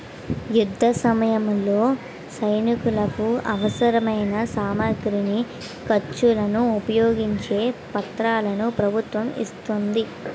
యుద్ధసమయంలో సైనికులకు అవసరమైన సామగ్రిని, ఖర్చులను ఉపయోగించే పత్రాలను ప్రభుత్వం ఇస్తోంది